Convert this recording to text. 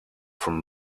from